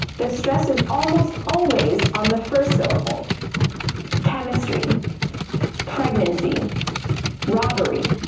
the stress is almost always on the first syllable chemistry pregnancy robbery